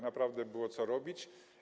Naprawdę było co robić.